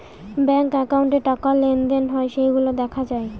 bank একাউন্টে টাকা লেনদেন হয় সেইগুলা দেখা যায়